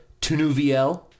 Tunuviel